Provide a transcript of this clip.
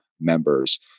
members